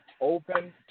open